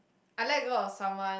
I let go of someone